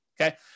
okay